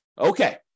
Okay